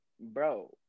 bro